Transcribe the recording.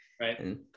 right